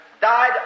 died